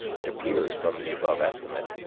it appears from the above estimate,